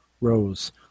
Rose